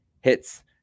Hits